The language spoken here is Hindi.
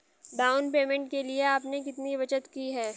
डाउन पेमेंट के लिए आपने कितनी बचत की है?